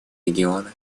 региона